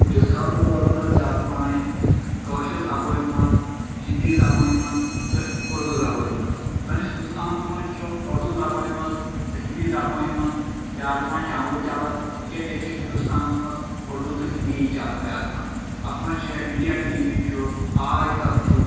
بہٕ چُھس خبرٕ بوزن زیادٕ پہم کٲشِر زبٲنۍ منٛز ہنٛدی زبٲنۍ منٛز تہٕ اُردوٗ زبٲنۍ منٛز سٲنِس ہنٛدوستانس منٛز چھُ اُردوٗ زبٲنۍ منٛز تہٕ ہنٛدی زبٲنۍ منٛز زیادٕ چنلہٕ چلان تِکیازِ یتہِ چھُ ہنٛدوستانس منٛز اردو تہٕ ہنٛدیی چلن زیادٕ پہم اتھ منٛز چھ اِنڈیا ٹی وی چھُ آج تک چھُ